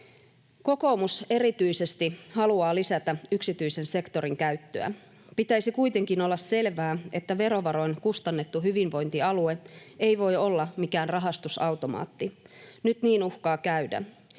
Kokoomus erityisesti haluaa lisätä yksityisen sektorin käyttöä. Pitäisi kuitenkin olla selvää, että verovaroin kustannettu hyvinvointialue ei voi olla mikään rahastusautomaatti. Nyt niin uhkaa käydä.